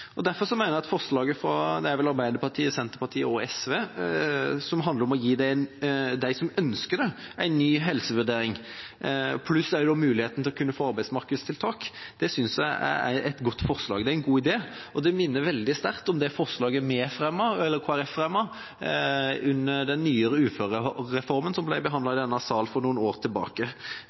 tilbake. Derfor mener jeg at forslag nr. 1, fra Arbeiderpartiet og Senterpartiet og forslag nr. 2, fra SV og som handler om å gi de som ønsker det, en ny helsevurdering pluss muligheten til å kunne få arbeidsmarkedstiltak, er gode forslag, en god idé, og minner veldig sterkt om det forslaget Kristelig Folkeparti fremmet i forbindelse med den nye uførereformen som ble behandlet i denne sal for noen år tilbake.